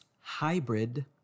hybrid